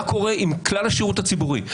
מה קורה עם כלל השירות הציבורי.